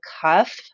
cuff